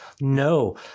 No